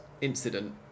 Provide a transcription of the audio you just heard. incident